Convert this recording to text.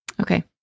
Okay